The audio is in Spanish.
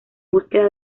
búsqueda